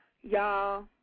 Y'all